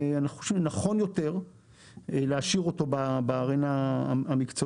אנחנו חושבים שנכון יותר להשאיר אותו בארנה המקצועית.